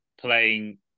playing